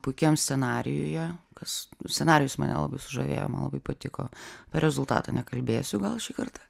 puikiam scenarijuje kas scenarijus mane labai sužavėjo man labai patiko apie rezultatą nekalbėsiu gal šį kartą